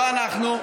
לא אנחנו.